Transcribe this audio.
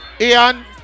Ian